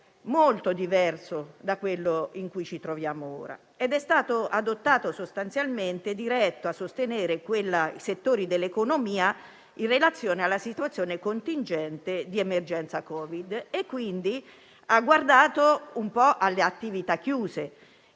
molto diverso da quello in cui ci troviamo ora, ed era sostanzialmente diretto a sostenere i settori dell'economia in relazione alla situazione contingente di emergenza Covid, guardando quindi alle attività chiuse